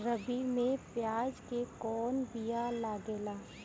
रबी में प्याज के कौन बीया लागेला?